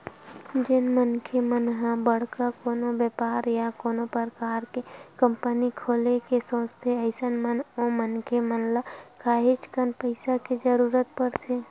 जेन मनखे मन ह बड़का कोनो बेपार या कोनो परकार के कंपनी खोले के सोचथे अइसन म ओ मनखे मन ल काहेच कन पइसा के जरुरत परथे